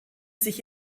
sich